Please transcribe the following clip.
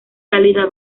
cálida